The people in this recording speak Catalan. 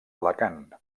alacant